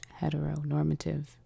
heteronormative